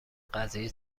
قضیه